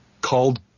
called